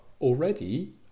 already